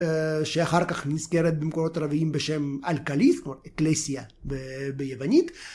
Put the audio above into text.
שאחר כך נזכרת במקורות ערביים בשם אלקאליס, כלומר אקלסיה ביוונית.